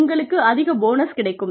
உங்களுக்கு அதிக போனஸ் கிடைக்கும்